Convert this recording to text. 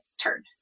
turn